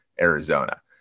Arizona